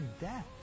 Death